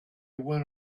went